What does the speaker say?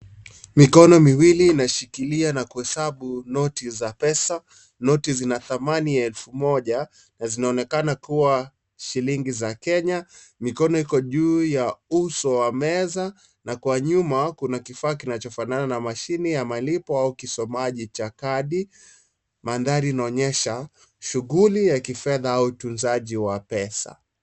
Mikono miwili inashikilia na kuhesabu noti za pesa, noti zina dhamani ya elfu moja na zinaonekana kuwa shillingi za Kenya. Mikono iko juu ya uso wa meza na kwa nyuma kuna kifaa kinachofanana na mashini ya malipo au kisomaji cha kadi. Mandhari inaonyesha shughuli za kifedha au utunzaji wa pesa.